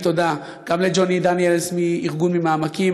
תודה גם לג'וני דניאלס מארגון "ממעמקים",